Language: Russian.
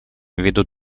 ввиду